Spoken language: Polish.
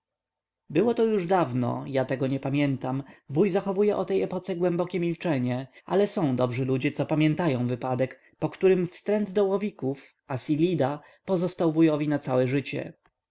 było to już dawno ja tego nie pamiętam wuj zachowuje o tej epoce głębokie milczenie ale są dobrzy ludzie co pamiętają wypadek po którym wstręt do łowików asilida pozostał wujowi na całe życie